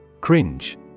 Cringe